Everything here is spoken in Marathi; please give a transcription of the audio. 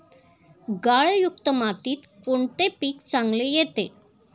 गाळयुक्त मातीत कोणते पीक चांगले येते?